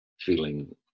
feeling